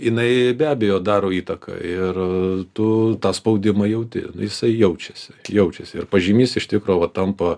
jinai be abejo daro įtaką ir tu tą spaudimą jauti jisai jaučiasi jaučiasi ir pažymys iš tikro va tampa